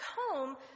home